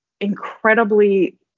incredibly